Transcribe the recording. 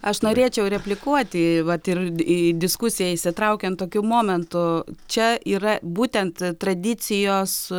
aš norėčiau replikuoti vat ir į diskusiją įsitraukiant tokiu momentu čia yra būtent tradicijos